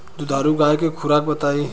दुधारू गाय के खुराक बताई?